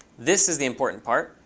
this is the important part.